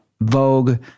Vogue